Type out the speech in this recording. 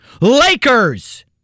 Lakers